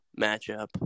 matchup